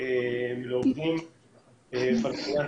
לעובדים פלסטינים,